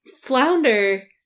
Flounder